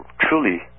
truly